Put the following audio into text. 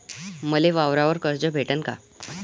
मले वावरावर कर्ज भेटन का?